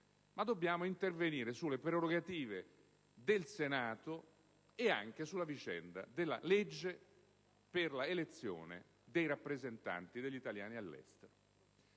su questa materia, ma sulle prerogative del Senato e anche sulla vicenda della legge per l'elezione dei rappresentanti degli italiani all'estero.